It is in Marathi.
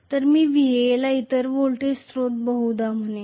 तर मी Va ला इतर व्होल्टेज स्त्रोत बहुदा म्हणेन